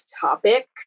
topic